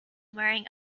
wearing